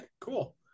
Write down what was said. cool